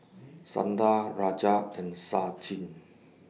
Santha Rajat and Sachin